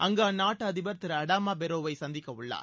அங்கு அந்நாட்டு அதிபர் திரு அடாமா பெரோவை சந்திக்கவுள்ளார்